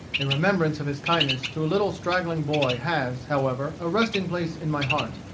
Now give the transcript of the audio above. a remembrance of his kindness to a little straggling boy has, however, a resting-place in my heart,